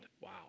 Wow